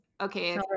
Okay